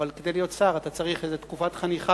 אבל כדי להיות שר אתה צריך איזו תקופת חניכה,